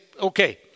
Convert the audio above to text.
okay